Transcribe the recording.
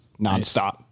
nonstop